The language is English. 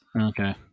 Okay